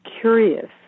curious